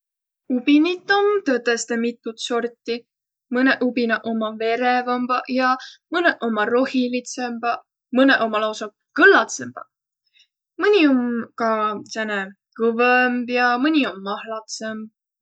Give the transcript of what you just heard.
Ubinit om tõtõstõ mitut sorti. Mõnõq ubinaq ommaq verevämbäq ja mõnõq ommaq rohilidsõmbaq. Mõnõq ommaq lausa kõllatsõmbaq. Mõni om ka sääne kõvõmb ja mõni om mahlatsõmb.